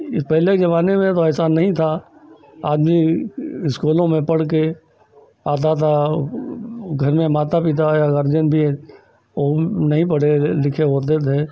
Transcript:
यह पहले के ज़माने में तो ऐसा नहीं था आदमी स्कूलों में पढ़ के आता था घर में माता पिता या गार्ज़ियन भी वह भी नहीं पढे़ लिखे होते थे